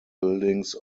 buildings